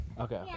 Okay